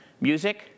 Music